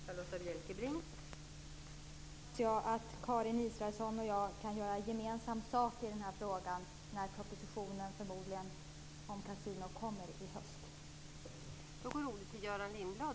Fru talman! Jag hoppas att Karin Israelsson och jag kan göra gemensam sak i frågan när propositionen om kasinon förmodligen läggs fram i höst.